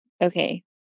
okay